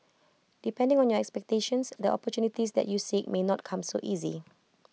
depending on your expectations the opportunities that you seek may not come so easy